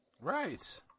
Right